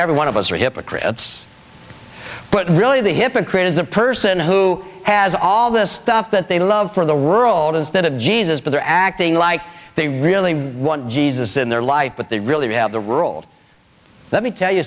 everyone of us are hypocrites but really the hypocrite is the person who has all this stuff that they love for the rural instead of jesus but they're acting like they really want jesus in their life but they really have the rule let me tell you